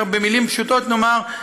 במילים פשוטות נאמר,